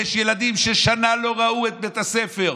יש ילדים ששנה לא ראו את בית הספר.